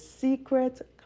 secret